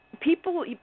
people